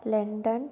London